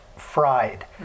fried